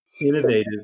innovative